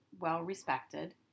well-respected